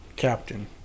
Captain